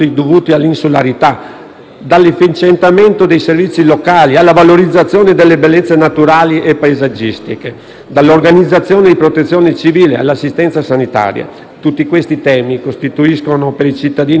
dall'efficientamento dei servizi locali alla valorizzazione delle bellezze naturali e paesaggistiche, dall'organizzazione di protezione civile all'assistenza sanitaria. Tutti questi temi costituiscono una priorità fondamentale per i cittadini italiani che vivono